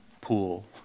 pool